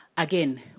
Again